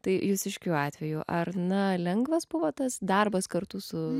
tai jūsiškiu atveju ar na lengvas buvo tas darbas kartu su